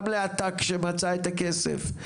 גם לאת"ק שמצא את הכסף,